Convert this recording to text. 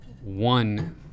one